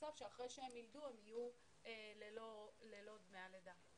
מצב שאחרי שהן יילדו הן יהיו ללא דמי הלידה.